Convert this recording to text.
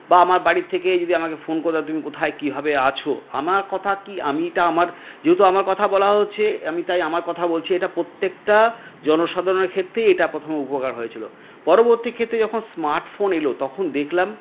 বা আমার বাড়ি থেকে যদি আমাকে ফোন করে তুমি কোথায় কীভাবে আছো আমার কথা কী আমি এটা আমার যেহেতু আমার কথা বলা হচ্ছে আমি তাই আমার কথা বলছি এটা প্রত্যেকটা জনসাধারণের ক্ষেত্রেই এটা প্রথমে উপকার হয়েছিল পরবর্তী ক্ষেত্রে যখন স্মার্টফোন এলো তখন দেখলাম